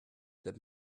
that